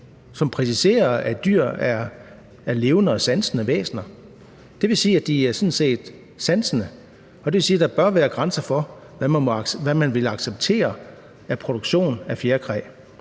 som præciserer, at dyr er levende og sansende væsener, det vil sige, at de sådan set er sansende, og det vil sige, at der bør være grænser for, hvad man vil acceptere af produktion af fjerkræ.